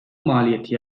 maliyeti